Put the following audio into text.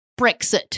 Brexit